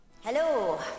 hello